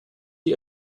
die